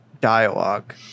dialogue